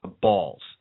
balls